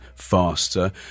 faster